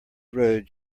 road